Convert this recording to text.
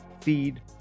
feed